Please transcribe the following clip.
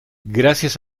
gracias